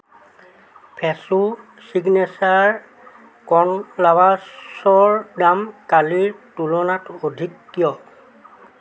ফ্ৰেছো signature corn লাভাছৰ দাম কালিৰ তুলনাত অধিক কিয়